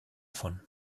davon